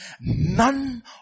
none